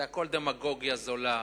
זה הכול דמגוגיה זולה.